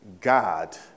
God